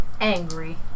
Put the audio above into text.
angry